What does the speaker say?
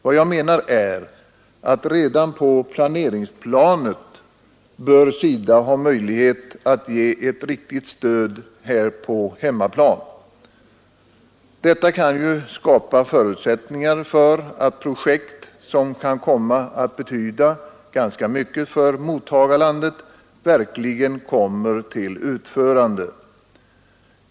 Vad jag menar är att redan på planeringsplanet bör SIDA ha möjlighet att ge ett riktigt stöd här på hemmaplan. Detta kan ju skapa förutsättningar för att projekt som kan komma att betyda ganska mycket för mottagarlandet verkligen kommer till utförande.